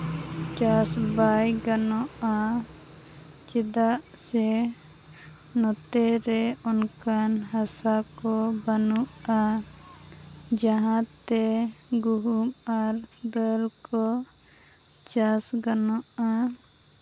ᱪᱟᱥ ᱵᱟᱭᱜᱟᱱᱚᱜᱼᱟ ᱪᱮᱫᱟᱜ ᱥᱮ ᱱᱚᱛᱮ ᱨᱮ ᱚᱱᱠᱟᱱ ᱦᱟᱥᱟ ᱠᱚ ᱵᱟᱹᱢᱩᱜᱼᱟ ᱡᱟᱦᱟᱸᱛᱮ ᱜᱩᱦᱩᱢ ᱟᱨ ᱫᱟᱹᱞ ᱠᱚ ᱪᱟᱥ ᱜᱟᱱᱚᱜᱼᱟ